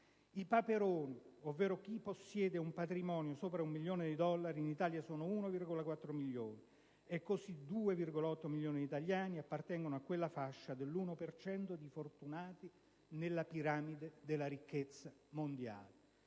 I "Paperoni", ovvero coloro che possiedono un patrimonio sopra un milione di dollari, in Italia sono 1,4 milioni, e così 2,8 milioni di italiani appartengono a quella fascia dell'uno per cento di fortunati nella piramide della ricchezza mondiale.